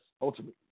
ultimately